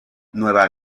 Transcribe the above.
nueva